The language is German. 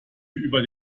über